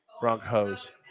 Broncos